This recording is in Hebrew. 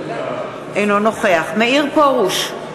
אינו נוכח מאיר פרוש,